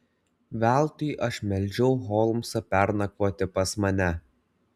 veltui aš meldžiau holmsą pernakvoti pas mane